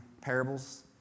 parables